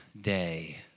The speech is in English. day